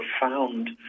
Profound